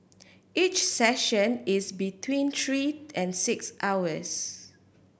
each session is between three and six hours